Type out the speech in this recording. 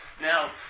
Now